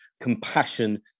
compassion